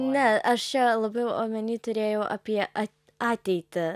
ne aš čia labiau omeny turėjau apie a ateitį